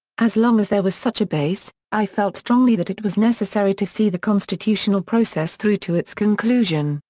as long as there was such a base, i felt strongly that it was necessary to see the constitutional process through to its conclusion,